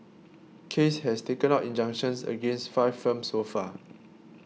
case has taken out injunctions against five firms so far